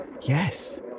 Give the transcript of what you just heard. Yes